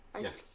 Yes